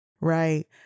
right